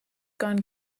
gone